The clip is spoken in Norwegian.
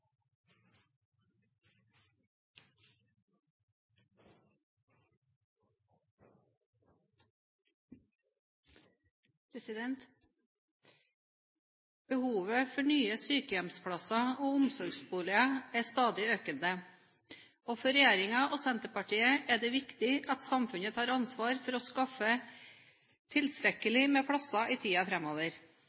Behovet for nye sykehjemsplasser og omsorgsboliger er stadig økende, og for regjeringen og Senterpartiet er det viktig at samfunnet tar ansvar for å skaffe tilstrekkelig med plasser i